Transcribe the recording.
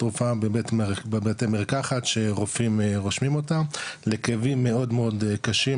כתרופה בבתי מרקחת שרופאים רושמים אותה לכאבים מאוד מאוד קשים